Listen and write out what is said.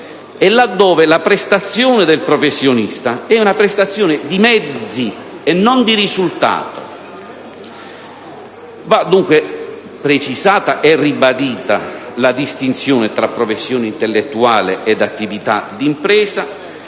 e la prestazione del professionista è una prestazione di mezzi e non di risultato. Va, dunque, precisata e ribadita la distinzione tra professioni intellettuali e attività d'impresa,